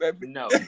No